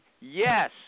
yes